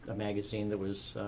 ah magazine that was,